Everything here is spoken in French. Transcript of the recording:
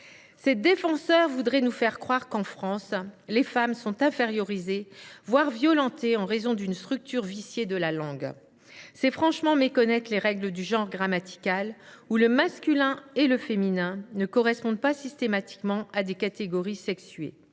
Ses défenseurs voudraient nous faire croire qu’en France les femmes sont infériorisées, voire violentées en raison d’une structure viciée de la langue. C’est méconnaître les règles du genre grammatical, où le masculin et le féminin ne correspondent pas systématiquement à des catégories sexuées.